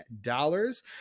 dollars